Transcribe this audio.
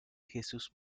jesús